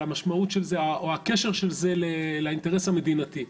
המשמעות של זה או הקשר של זה לאינטרס המדינתי.